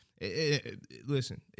listen